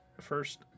first